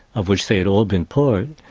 of which they had all been part.